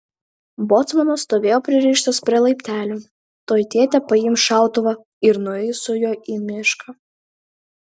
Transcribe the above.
bocmanas stovėjo pririštas prie laiptelių tuoj tėtė paims šautuvą ir nueis su juo į mišką